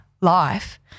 life